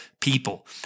people